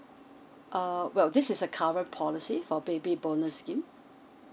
err well this is a current policy for baby bonus scheme